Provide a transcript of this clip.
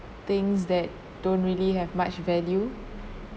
things that don't really have much value